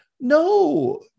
No